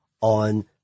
on